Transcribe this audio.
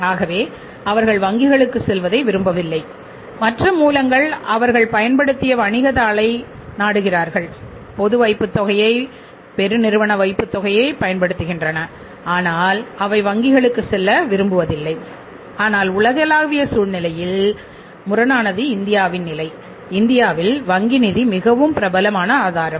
ஆகவே அவர்கள் வங்கிகளுக்குச் செல்வதை விரும்புவதில்லை மற்ற மூலங்களை அவர்கள் பயன்படுத்திய வணிகத் தாளை நாடுகிறார்கள் பொது வைப்புத்தொகையை பெருநிறுவன வைப்புத்தொகையைப் பயன்படுத்துகின்றன ஆனால் அவை வங்கிகளுக்குச் செல்ல விரும்பவதில்லை ஆனால் உலகளாவிய சூழ்நிலைக்கு முரணானது இந்தியாவில் வங்கி நிதி மிகவும் பிரபலமான ஆதாரம்